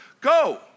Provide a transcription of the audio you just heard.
go